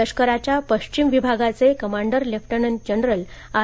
लष्कराच्या पश्चिम विभागाचे कमांडर लेफ्टनंट जनरल आर